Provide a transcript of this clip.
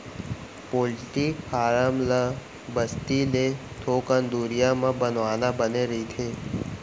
poultry farm ल बस्ती ले थोकन दुरिहा म बनवाना बने रहिथे